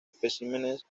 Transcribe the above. especímenes